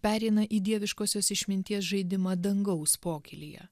pereina į dieviškosios išminties žaidimą dangaus pokylyje